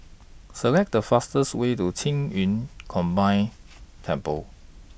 Select The fastest Way to Qing Yun Combined Temple